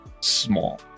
small